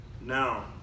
now